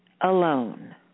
alone